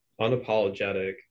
unapologetic